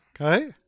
Okay